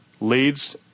leads